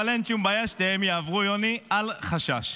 אבל אין שום בעיה, שניהם יעברו, יוני, אל חשש.